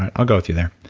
i'll go with you there.